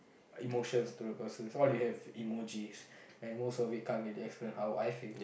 emotions to the person so what do you have emojis and most of it can't really explain how I feel